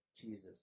Jesus